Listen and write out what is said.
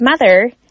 mother